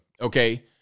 Okay